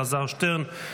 אלעזר שטרן,